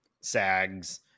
sags